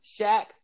Shaq